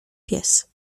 pies